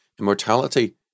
immortality